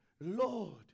Lord